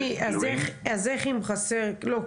לא,